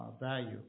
value